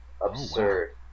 absurd